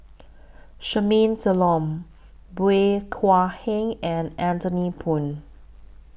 Charmaine Solomon Bey Hua Heng and Anthony Poon